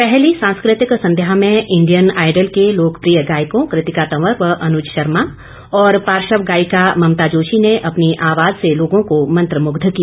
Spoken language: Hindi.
पहली सांस्कृतिक संध्या में इंडियन आईडल के लोकप्रिय गायकों कृतिका तवर व अनुज शर्मा और पार्श्व गायिका ममता जोशी ने अपनी आवाज से लोगों को मंत्रमुग्ध किया